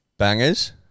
Bangers